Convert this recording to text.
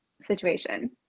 situation